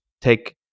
take